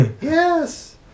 Yes